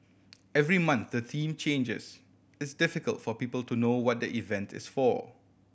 every month the theme changes it's difficult for people to know what the event is for